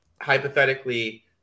Hypothetically